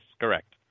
correct